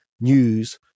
news